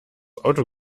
auto